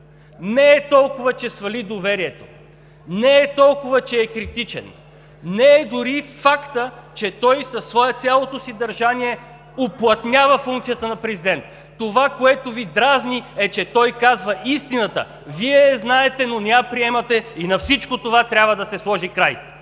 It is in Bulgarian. не е толкова, че свали доверието, не е толкова, че е критичен, не е дори фактът, че той с цялото свое държание уплътнява функцията на президент. Това, което Ви дразни, е, че той казва истината! Вие я знаете, но не я приемате. На всичко това трябва да се сложи край!